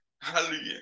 hallelujah